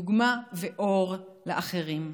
דוגמה ואור לאחרים.